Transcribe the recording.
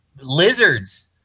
lizards